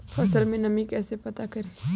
फसल में नमी कैसे पता करते हैं?